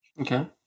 okay